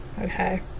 Okay